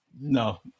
no